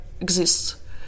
exists